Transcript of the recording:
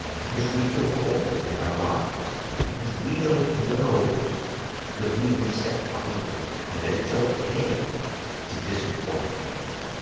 because we feel cornered in our lives. because we don't know that we can set boundaries, and that it's okay to disappoint people,